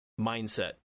mindset